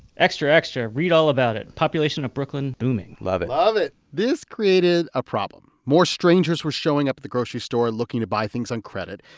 extra, extra, read all about it population of brooklyn booming love it love it this created a problem. more strangers were showing up at the grocery store looking to buy things on credit,